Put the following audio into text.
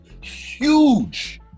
huge